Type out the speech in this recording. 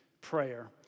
prayer